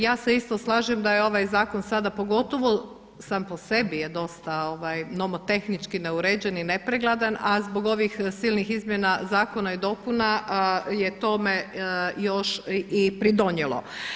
Ja se isto slažem da je ovaj zakon sada pogotovo sam po sebi je dosta nomotehnički neuređen i nepregledan, a zbog ovih silnih izmjena zakona i dopuna je tome još i pridonijelo.